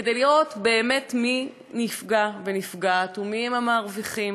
כדי לראות באמת מי נפגע ונפגעת ומי הם המרוויחים.